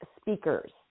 speakers